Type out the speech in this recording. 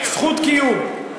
זכות קיום.